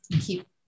keep